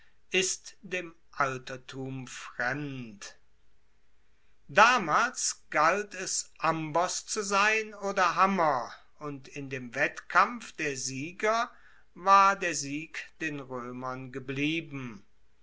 ist dem altertum fremd damals galt es amboss zu sein oder hammer und in dem wettkampf der sieger war der sieg den roemern geblieben